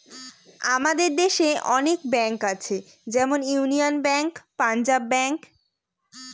আমাদের দেশে অনেক ব্যাঙ্ক আছে যেমন ইউনিয়ান ব্যাঙ্ক, পাঞ্জাব ব্যাঙ্ক